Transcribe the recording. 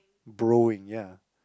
borrowing ya